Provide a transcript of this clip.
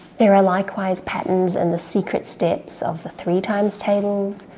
there are likewise patterns in the secret steps of the three times tables,